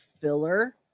filler